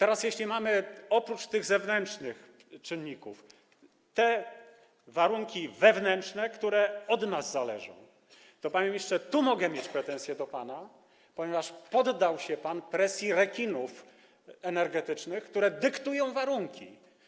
I jeśli mamy oprócz tych zewnętrznych czynników te warunki wewnętrzne, które od nas zależą, to, panie ministrze, tu mogę mieć pretensję do pana, ponieważ poddał się pan presji rekinów energetycznych, które dyktują warunki.